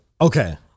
Okay